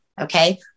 Okay